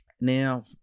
Now